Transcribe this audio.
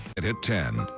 and at ten.